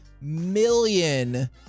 million